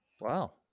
Wow